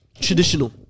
traditional